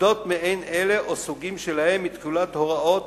מוסדות מעין אלה, או סוגים שלהם, מתחולת הוראות